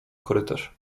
korytarz